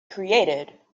created